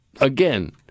again